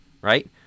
right